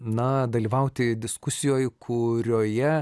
na dalyvauti diskusijoj kurioje